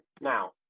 now